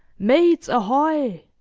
mates ahoy!